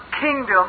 kingdom